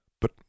But